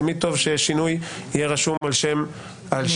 תמיד טוב ששינוי יהיה רשום על שם מציעיו.